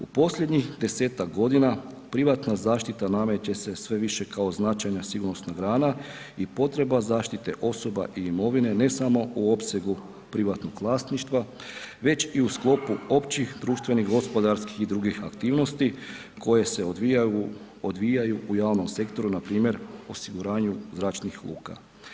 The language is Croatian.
U posljednjih 10-tak godina, privatna zaštita nameće se sve više kao značajna sigurnosna grana i potreba zaštite osoba i imovine, ne samo u opsegu privatnog vlasništva, već i u sklopu općih društvenih, gospodarski i drugih aktivnosti koje se odvijaju u javnom sektoru, npr. osiguranju zračnih luka.